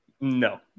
no